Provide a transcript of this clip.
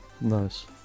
nice